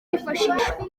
byifashishwa